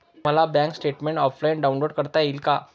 मला bank statement offline download करता येईल का?